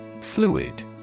Fluid